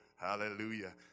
Hallelujah